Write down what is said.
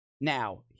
Now